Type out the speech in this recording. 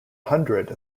hundred